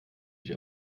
ich